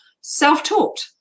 self-taught